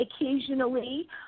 occasionally